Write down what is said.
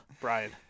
Brian